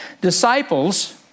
Disciples